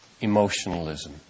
emotionalism